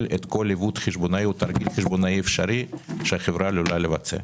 כל עיוות חשבונאי או תרגיל חשבונאי אפשרי שהחברה עלולה לבצע.